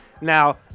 now